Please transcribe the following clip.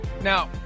Now